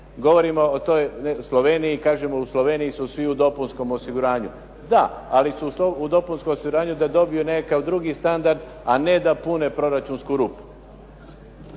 Govorimo toj Sloveniji kažemo u Sloveniji su svi u dopunskom osiguranju. Da, ali su u dopunskom osiguranju da dobiju nekakav drugi standard a ne da pune proračunsku rupu.